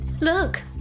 Look